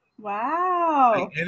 wow